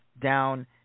Down